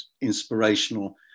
inspirational